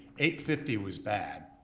eight fifty was bad,